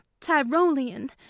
tyrolean